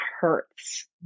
hurts